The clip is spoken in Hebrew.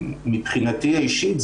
מבחינתי האישית,